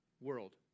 world